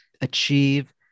achieve